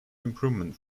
improvement